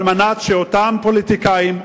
כדי שאותם פוליטיקאים,